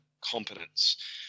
competence